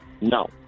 No